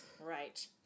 right